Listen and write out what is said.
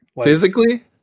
Physically